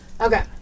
Okay